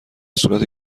صورت